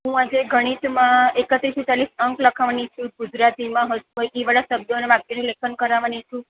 હું આજે ગણિતમાં એકત્રીસથી ચાલીસ અંક લખાવવાની છું ગુજરાતીમાં હજુ કોઈ કીવર્ડ શબ્દોને વાક્યો લેખન કરાવવાની છું